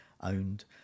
owned